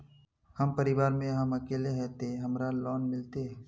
हम परिवार में हम अकेले है ते हमरा लोन मिलते?